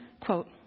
quote